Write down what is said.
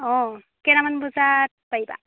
অঁ কেইটামান বজাত পাৰিবা